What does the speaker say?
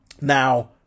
Now